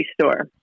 store